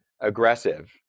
aggressive